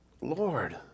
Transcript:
Lord